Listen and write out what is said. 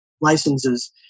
licenses